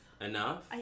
Enough